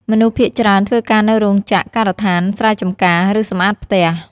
មនុស្សភាគច្រើនធ្វើការនៅរោងចក្រ ការដ្ឋាន ស្រែចម្ការ ឬសម្អាតផ្ទះ។